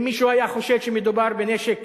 אם מישהו היה חושד שמדובר בנשק